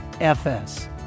FS